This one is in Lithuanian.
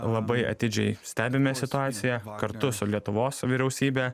labai atidžiai stebime situaciją kartu su lietuvos vyriausybe